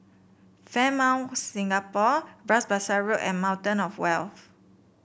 Fairmont Singapore Bras Basah Road and Fountain Of Wealth